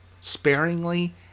sparingly